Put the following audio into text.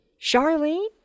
Charlene